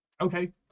okay